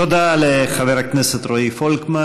תודה לחבר הכנסת רועי פולקמן.